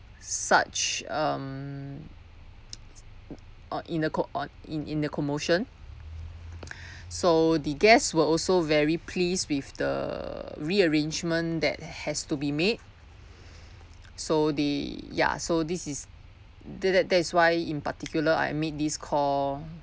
such um or in a co~ on in in a commotion so the guests were also very pleased with the rearrangement that has to be made so the ya so this is that that that is why in particular I made this call